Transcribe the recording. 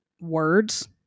words